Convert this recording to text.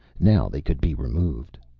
now they could be removed.